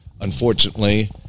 unfortunately